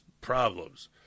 problems